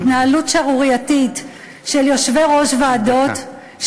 להתנהלות שערורייתית של יושבי-ראש ועדות,